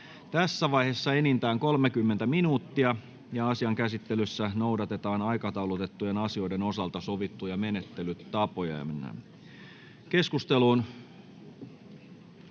tässä vaiheessa enintään 45 minuuttia. Asian käsittelyssä noudatetaan aikataulutettujen asioiden osalta sovittuja menettelytapoja.